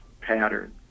pattern